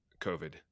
COVID